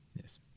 Yes